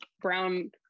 Brown